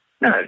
No